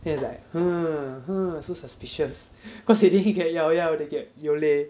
then is like hmm hmm so suspicious cause they didn't he get llaollao they get yole